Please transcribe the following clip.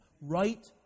right